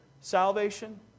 salvation